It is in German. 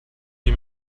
sie